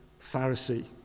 Pharisee